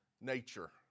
nature